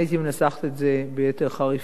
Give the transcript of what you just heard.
אני הייתי מנסחת את זה ביתר חריפות,